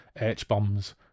h-bombs